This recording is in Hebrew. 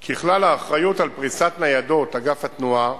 ככלל, האחריות על פריסת ניידות אגף התנועה